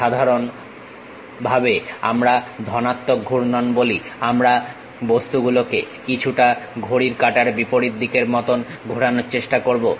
সাধারণত আমরা ধনাত্মক ঘূর্ণন বলি আমরা বস্তুগুলোকে কিছুটা ঘড়ির কাঁটার বিপরীত দিকের মতন ঘোরানোর চেষ্টা করবো